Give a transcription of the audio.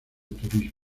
turismo